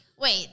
wait